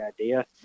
idea